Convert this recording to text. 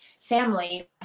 family